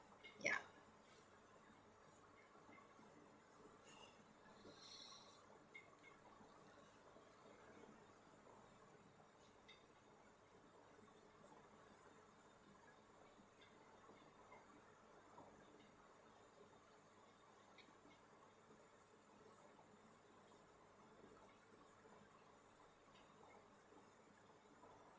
ya